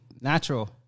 natural